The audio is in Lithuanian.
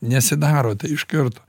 nesidaro tai iš karto